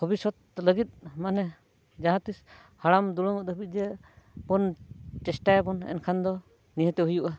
ᱵᱷᱚᱵᱤᱥᱥᱚᱛ ᱞᱟᱹᱜᱤᱫ ᱢᱟᱱᱮ ᱡᱟᱦᱟᱸ ᱛᱤᱥ ᱦᱟᱲᱟᱢ ᱫᱩᱲᱩᱢᱚᱜ ᱫᱷᱟᱹᱵᱤᱡ ᱡᱮ ᱵᱚᱱ ᱪᱮᱥᱴᱟᱭᱟ ᱵᱚᱱ ᱮᱱᱠᱷᱟᱱ ᱫᱚ ᱱᱤᱦᱟᱹᱛᱮ ᱦᱩᱭᱩᱜᱼᱟ